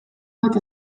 bat